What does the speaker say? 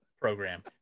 program